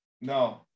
No